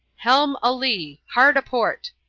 helm alee hard aport!